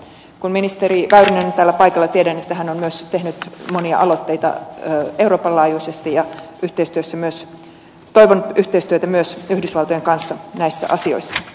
kun ministeri väyrynen on täällä paikalla tiedän että hän on myös tehnyt monia aloitteita euroopan laajuisesti ja toivon yhteistyötä myös yhdysvaltojen kanssa näissä asioissa